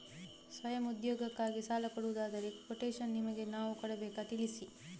ಸ್ವಯಂ ಉದ್ಯೋಗಕ್ಕಾಗಿ ಸಾಲ ಕೊಡುವುದಾದರೆ ಕೊಟೇಶನ್ ನಿಮಗೆ ನಾವು ಕೊಡಬೇಕಾ ತಿಳಿಸಿ?